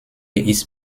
ist